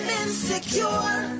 insecure